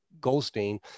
Goldstein